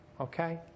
Okay